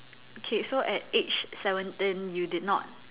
okay so at age seventeen you did not